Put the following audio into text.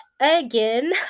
again